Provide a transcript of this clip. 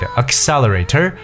ACCELERATOR